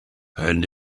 and